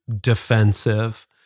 defensive